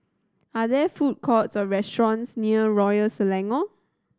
are there food courts or restaurants near Royal Selangor